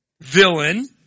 villain